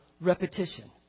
repetition